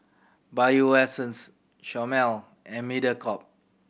Bio Essence Chomel and Mediacorp